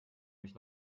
mich